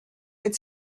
had